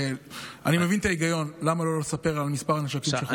אני מבין את ההיגיון למה לא לספר על מספר הנשקים שחולק,